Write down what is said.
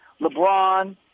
LeBron